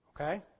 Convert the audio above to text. Okay